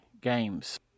Games